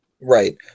Right